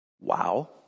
Wow